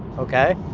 okay?